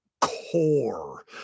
core